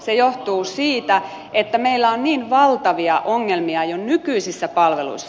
se johtuu siitä että meillä on niin valtavia ongelmia jo nykyisissä palveluissa